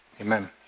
amen